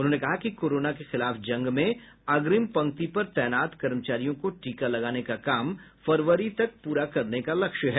उन्होंने कहा कि कोरोना के खिलाफ जंग में अग्निम पंक्ति पर तैनात कर्मचारियों को टीका लगाने का काम फरवरी तक प्रा करने का लक्ष्य है